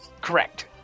Correct